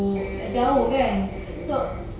mm mm mm mm mm mm